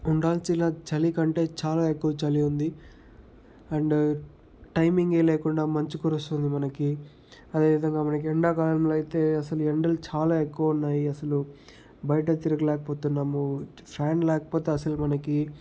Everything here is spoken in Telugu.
ఉండాల్సిన చలి కంటే చాలా ఎక్కువ చలి ఉంది అండ్ టైమింగే లేకుండా మంచు కురుస్తుంది మనకి అదేవిధంగా మనకి ఎండాకాలంలో అయితే అస్సలు ఎండలు చాలా ఎక్కువ ఉన్నాయి అస్సలు బయట తిరగలేకపోతున్నాము ఫ్యాన్ లేకపోతే అస్సలు మనకి